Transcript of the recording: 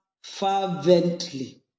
fervently